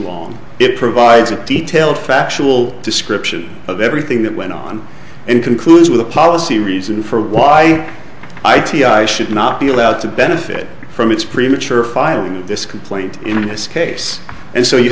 long it provides a detailed factual description of everything that went on and concludes with a policy reason for why i t i should not be allowed to benefit from its premature filed this complaint in this case and so you